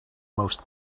most